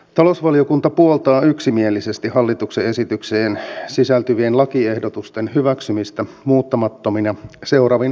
talousvaliokunta puoltaa yksimielisesti hallituksen esitykseen sisältyvien lakiehdotusten hyväksymistä muuttamattomina seuraavin huomautuksin